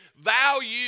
value